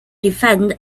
defend